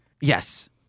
Yes